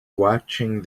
watching